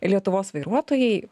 lietuvos vairuotojai